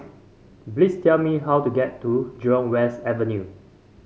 please tell me how to get to Jurong West Avenue